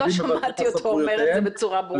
אני עוד לא שמעתי אותו אומר את זה בצורה ברורה.